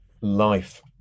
life